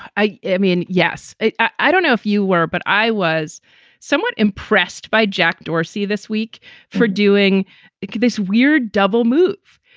i yeah mean. yes. i don't know if you were, but i was somewhat impressed by jack dorsey this week for doing this weird double move.